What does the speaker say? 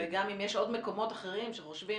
וגם אם יש עוד מקומות אחרים שחושבים